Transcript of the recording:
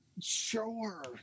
sure